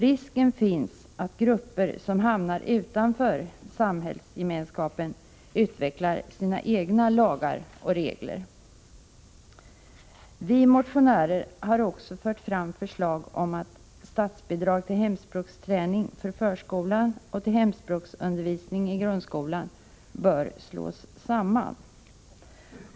Risken finns att grupper som hamnar utanför samhällsgemenskapen utvecklar sina egna lagar och regler. Vi motionärer har också fört fram förslag om att statsbidrag till hemspråksträning i förskolan och till hemspråksundervisning i grundskolan bör slås samman.